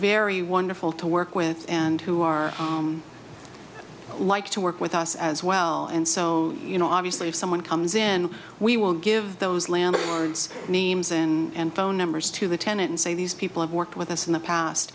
very wonderful to work with and who are like to work with us as well and so you know obviously if someone comes in we will give those landlords names and phone numbers to the tenant and say these people have worked with us in the past